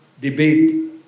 debate